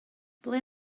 ble